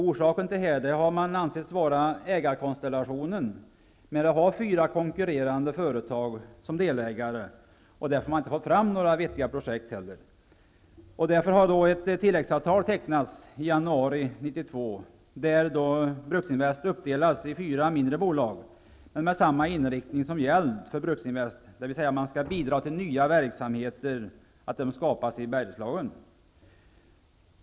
Orsaken härtill har ansetts vara ägarkonstellationen. Bruksinvest har fyra konkurrerande företag som delägare, och därför får man inte fram några vettiga projekt. Man tecknade därför ett tilläggsavtal i januari 1992, enligt vilket Bruksinvest uppdelats i fyra mindre bolag som har samma inriktning som gällt för Bruksinvest, dvs. företagen skall bidra till att nya verksamheter skapas i Bergslagen.